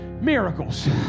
Miracles